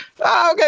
Okay